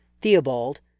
Theobald